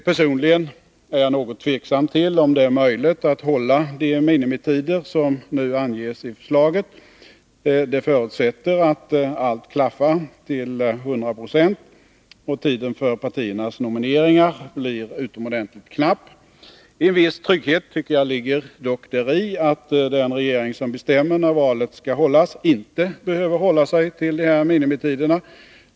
Personligen är jag något tveksam till om det är möjligt att hålla de minimitider som nu anges i förslaget. Det förutsätter att allt klaffar till hundra procent, och tiden för partiernas nomineringar blir utomordentligt knapp. En viss trygghet tycker jag dock ligger däri att den regering som bestämmer när valet skall ske inte behöver hålla sig till minimitiden.